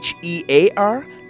HEAR